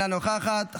אינה נוכחת,